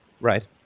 Right